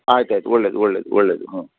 ಆಯ್ತು ಆಯ್ತು ಒಳ್ಳೆಯದು ಒಳ್ಳೆಯದು ಒಳ್ಳೆಯದು ಹಾಂ